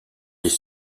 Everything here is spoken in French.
des